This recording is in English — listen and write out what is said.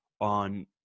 on